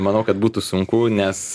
manau kad būtų sunku nes